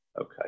Okay